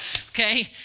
okay